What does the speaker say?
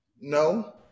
No